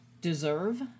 deserve